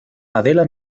adela